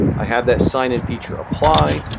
i have that sign-in feature apply.